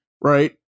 right